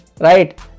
Right